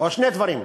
שני דברים: